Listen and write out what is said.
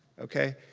okay.